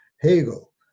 Hegel